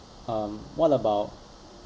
um what about